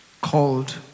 called